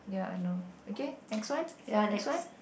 ya I know okay next one next one